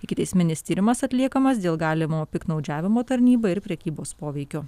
ikiteisminis tyrimas atliekamas dėl galimo piktnaudžiavimo tarnyba ir prekybos poveikiu